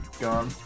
gone